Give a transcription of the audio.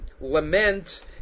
Lament